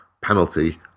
penalty